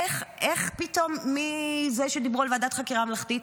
איך פתאום מזה שדיברו על ועדת חקירה ממלכתית,